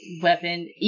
weapon